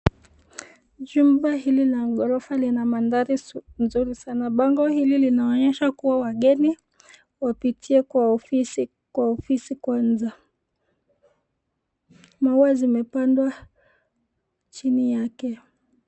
Jumba hili la ghorofa lina mandhari mzuri sana. Bango hili linaonyesha wageni wapitie kwa ofisi kwanza. Maua zimepandwa chini yake.